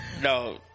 No